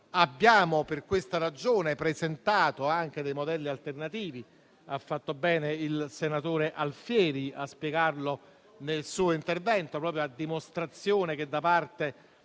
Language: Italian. correre. Per questa ragione abbiamo presentato anche dei modelli alternativi. Ha fatto bene il senatore Alfieri a spiegarlo nel suo intervento, proprio a dimostrazione del fatto